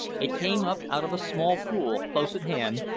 it came up out of a small pool close at hand,